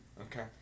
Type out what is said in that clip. Okay